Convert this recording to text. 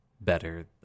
better